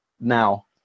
now